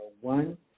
one